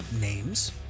names